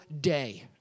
day